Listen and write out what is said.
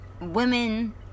women